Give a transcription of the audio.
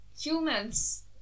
humans